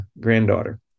granddaughter